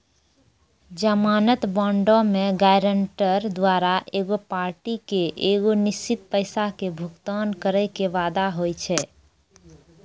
जमानत बांडो मे गायरंटर द्वारा एगो पार्टी के एगो निश्चित पैसा के भुगतान करै के वादा होय छै